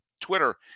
Twitter